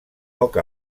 poc